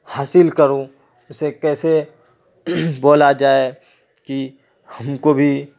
حاصل کروں اسے کیسے بولا جائے کہ ہم کو بھی